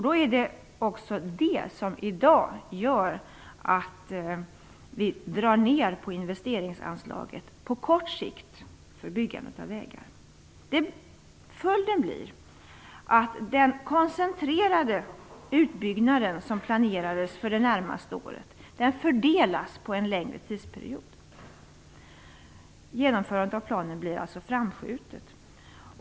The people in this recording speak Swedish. Det är också det som i dag gör att vi på kort sikt drar ner på investeringsanslaget för byggandet av vägar. Följden blir att den koncentrerade utbyggnaden som planerades för det närmaste året fördelas på en längre tidsperiod. Genomförandet av planen blir alltså framskjutet.